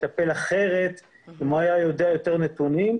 והשוטר בהחלט היה מטפל אחרת אם הוא היה יודע יותר נתונים.